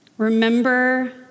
Remember